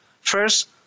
First